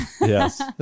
Yes